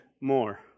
more